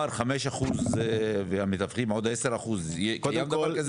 ה-5% וה-10% של המתווכים יהיה דבר כזה?